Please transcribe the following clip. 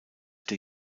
der